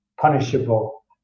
punishable